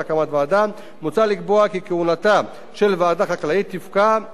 מוצע לקבוע כי כהונתה של ועדה חקלאית תפקע לאחר שבעה